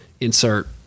insert